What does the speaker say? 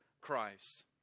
Christ